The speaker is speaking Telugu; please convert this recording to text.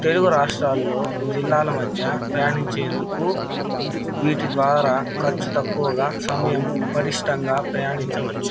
తెలుగు రాష్ట్రాల్లో జిల్లాల మధ్య ప్రయాణించేందుకు వీటి ద్వారా ఖర్చు తక్కువగా సమయం పరిష్టంగా ప్రయాణించవచ్చు